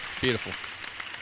Beautiful